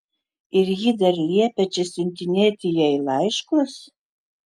ir ji dar liepia čia siuntinėti jai laiškus